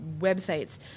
websites